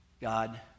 God